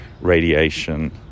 radiation